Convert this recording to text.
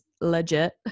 legit